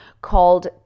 called